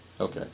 Okay